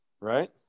Right